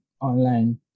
online